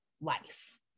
life